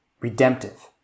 redemptive